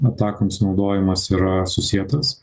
atakams naudojimas yra susietas